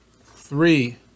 three